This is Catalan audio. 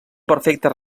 perfectes